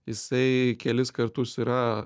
jisai kelis kartus yra